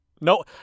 No